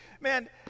man